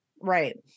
right